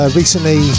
recently